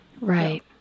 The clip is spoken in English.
Right